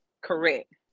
correct